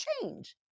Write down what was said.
change